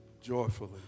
joyfully